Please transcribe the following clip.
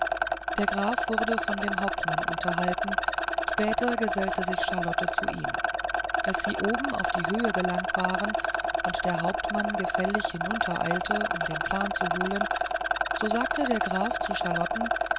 der graf wurde von dem hauptmann unterhalten später gesellte sich charlotte zu ihm als sie oben auf die höhe gelangt waren und der hauptmann gefällig hinuntereilte um den plan zu holen so sagte der graf zu